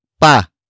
pa